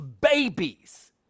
babies